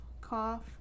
Cough